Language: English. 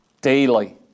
daily